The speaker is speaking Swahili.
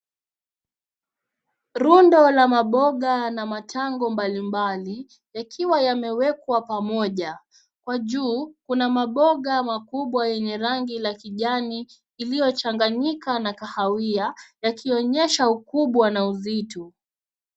Rundo la mabonga na matango mbalimbali yakiwa yamewekwa pamoja. Kwa juu kuna mabonga makubwa yenye rangi la kijani iliochanganyika na kahawia yakionyesha ukubwa na uzito.